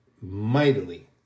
mightily